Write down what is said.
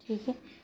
ठीक ऐ